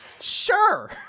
sure